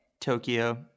Tokyo